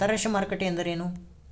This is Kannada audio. ಅಂತರಾಷ್ಟ್ರೇಯ ಮಾರುಕಟ್ಟೆ ಎಂದರೇನು?